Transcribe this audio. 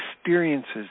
experiences